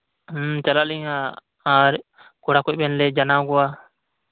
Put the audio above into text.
ᱪᱟᱞᱟᱜ ᱟᱹᱞᱤᱧ ᱦᱟᱜ ᱟᱨ ᱠᱚᱲᱟ ᱠᱚᱡ ᱵᱮᱱᱟᱣ ᱡᱟᱱᱟᱣ ᱠᱚᱣᱟ